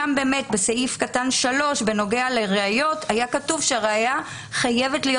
שם באמת בסעיף (3) בנוגע לראיות היה כתוב שהראיה חייבת להיות